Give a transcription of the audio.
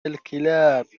الكلاب